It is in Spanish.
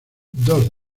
dos